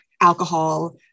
alcohol